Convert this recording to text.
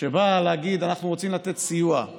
באה להגיד: אנחנו רוצים לתת סיוע סוף-סוף,